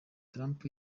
trump